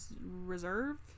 Reserve